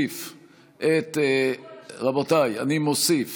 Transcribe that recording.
אני מוסיף